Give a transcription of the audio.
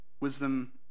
wisdom